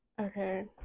Okay